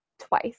twice